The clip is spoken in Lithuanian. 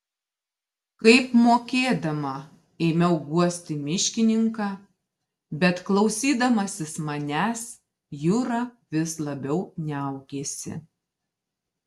kaip mokėdama ėmiau guosti miškininką bet klausydamasis manęs jura vis labiau niaukėsi